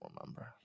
remember